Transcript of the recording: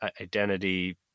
identity